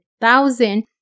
thousand